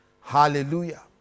Hallelujah